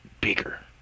bigger